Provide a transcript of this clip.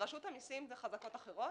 ברשות המסים זה חזקות אחרות.